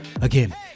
Again